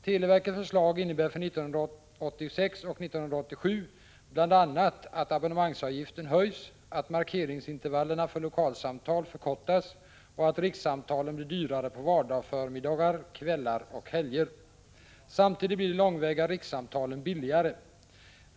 Televerkets förslag innebär för åren 1986 och 1987 bl.a. att abonnemangsavgiften höjs, att markeringsintervallerna för lokalsamtal förkortas och att rikssamtalen blir dyrare på vardagsförmiddagar, kvällar och helger. Samtidigt blir de långväga rikssamtalen billigare.